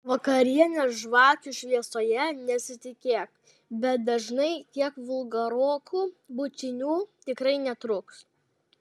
vakarienės žvakių šviesoje nesitikėk bet dažnai kiek vulgarokų bučinių tikrai netrūks